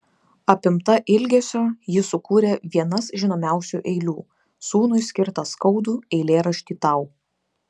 apimta ilgesio ji sukūrė vienas žinomiausių eilių sūnui skirtą skaudų eilėraštį tau